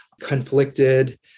conflicted